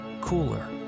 cooler